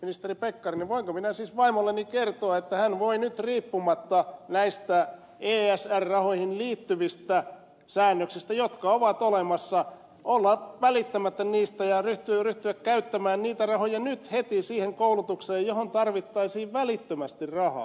ministeri pekkarinen voinko minä siis vaimolleni kertoa että hän voi nyt olla välittämättä näistä esr rahoihin liittyvistä säännöksistä jotka ovat olemassa ja ryhtyä käyttämään niitä rahoja nyt heti siihen koulutukseen johon tarvittaisiin välittömästi rahaa